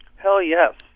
hell yes.